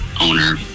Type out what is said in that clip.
owner